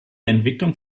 entwicklung